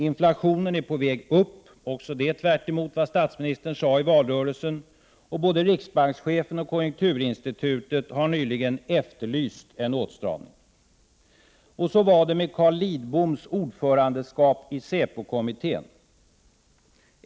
Inflationen är på väg upp — också det tvärtemot vad statsministern sade i valrörelsen — och både riksbankschefen och konjunkturinstitutet har nyligen efterlyst en åtstramning. Och så var det med Carl Lidboms ordförandeskap i SÄPO-kommittén.